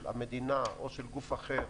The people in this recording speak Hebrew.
של המדינה או של גוף אחר